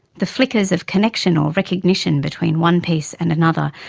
the flickers of connection or recognition between one piece and another,